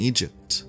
Egypt